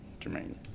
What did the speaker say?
Jermaine